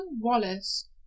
wallace